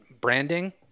branding